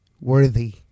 worthy